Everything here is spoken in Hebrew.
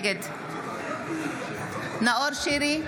נגד נאור שירי,